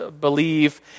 believe